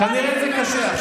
כנראה זה קשה.